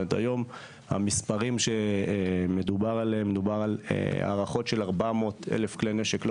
היום המספרים שמדובר עליהם הם הערכות של 400,000 כלי נשק לא